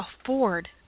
afford